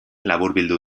laburbildu